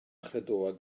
chredoau